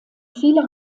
viele